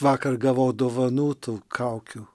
vakar gavau dovanų tų kaukių